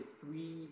three